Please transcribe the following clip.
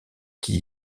qui